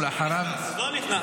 ואחריה --- אז הוא לא נכנס.